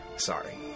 Sorry